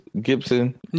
Gibson